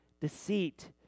deceit